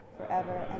Forever